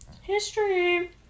History